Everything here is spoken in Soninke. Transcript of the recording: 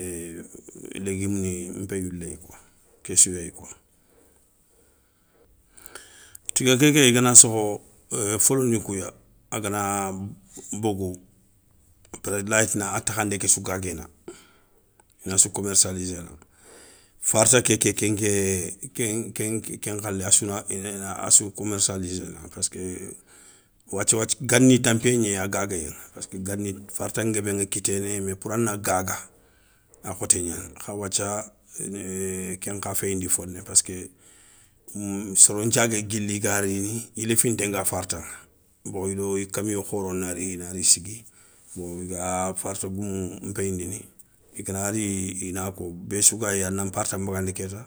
légumni npéyou léyi kouwa ké sou yéyi kwa. Tiga kéké i gana sokho foloni kouya, agana bogou après lay tini a takhandé ké sou gaguéné ina sou commercialisé na, farta kéké kénké kén khalé assou commercialisé na, paské wathia wathia gani tanpiyé gniéyi, a gaguéyé ŋa, paski gani farta nguébé ŋa kiténé mais poura na gaaga, a khoté gnani kha wathia kenkha féyindi foné paskeu, soro nthiagué guili i ga riini i léfinté nga farta bon i do i camio khoro nari inari sigui. Bon iga farta goumou npéyindini, i gana ri i na ko béssou gayi ana nparta nbagandi kéta.